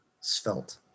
svelte